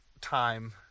time